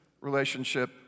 relationship